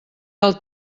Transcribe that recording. del